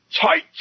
Tight